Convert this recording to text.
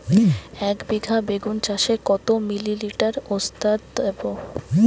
একবিঘা বেগুন চাষে কত মিলি লিটার ওস্তাদ দেবো?